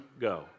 go